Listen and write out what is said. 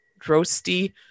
Drosty